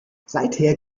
seither